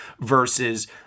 versus